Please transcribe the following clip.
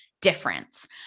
difference